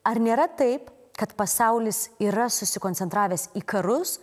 ar nėra taip kad pasaulis yra susikoncentravęs į karus